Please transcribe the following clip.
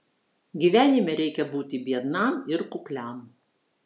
gyvenime reikia būti biednam ir kukliam